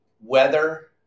weather